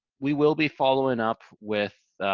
we will be following up with